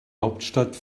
hauptstadt